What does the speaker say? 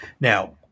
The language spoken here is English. Now